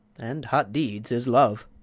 and hot deeds is love.